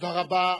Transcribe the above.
תודה רבה.